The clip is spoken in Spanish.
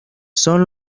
son